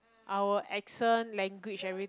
our accent language every